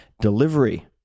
Delivery